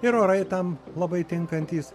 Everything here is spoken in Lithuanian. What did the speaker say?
ir orai tam labai tinkantys